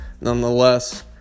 nonetheless